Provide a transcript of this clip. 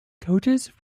coaches